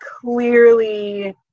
clearly